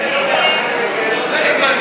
אי-אמון